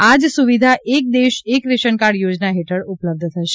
આજ સુવિધા એક દેશ એક રેશનકાર્ડ યોજના હેઠળ ઉપલબ્ધ થશે